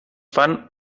fan